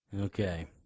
Okay